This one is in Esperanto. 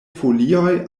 folioj